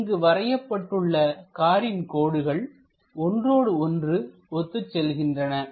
இங்கு வரையப்பட்டுள்ள காரின் கோடுகள் ஒன்றோடு ஒன்று ஒத்துச் செல்கின்றன